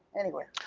anyway.